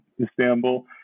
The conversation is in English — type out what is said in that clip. Istanbul